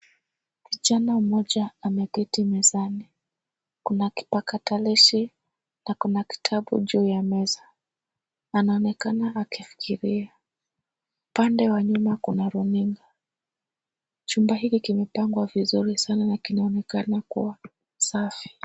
Kijana mmoja ameketi mezani. Kuna kipakatalishi na kuna kitabu juu ya meza. Anaonekana akifikiria. Upande wa nyuma kuna runinga. Chumba hiki kimepangwa vizuri sana na kinaonekana kuwa safi.